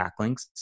backlinks